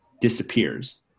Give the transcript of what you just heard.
disappears